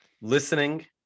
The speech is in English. Listening